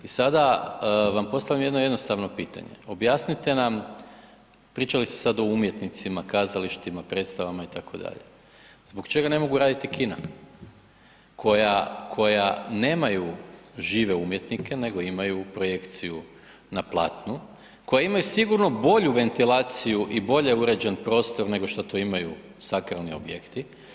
I sada vam postavljam jedno jednostavno pitanje, objasnite nam pričali ste sada o umjetnicima, kazalištima, predstavama itd. zbog čega ne mogu raditi kina koja nemaju žive umjetnike nego imaju projekciju na platnu, koja imaju sigurno bolju ventilaciju i bolje uređen prostor nego što to imaju sakralni objekti?